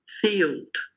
field